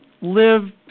Live